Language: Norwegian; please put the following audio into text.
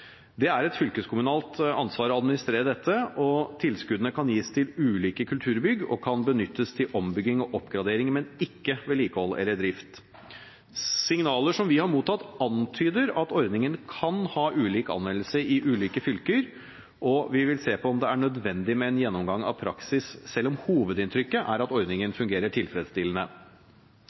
Det er et fylkeskommunalt ansvar å administrere dette. Tilskuddene kan gis til ulike kulturbygg og kan benyttes til ombygging og oppgradering, men ikke til vedlikehold eller drift. Signaler som vi har mottatt, antyder at ordningen kan ha ulik anvendelse i ulike fylker, og vi vil se på om det er nødvendig med en gjennomgang av praksis, selv om hovedinntrykket er at ordningen fungerer tilfredsstillende.